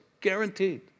Guaranteed